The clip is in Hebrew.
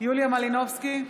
יוליה מלינובסקי,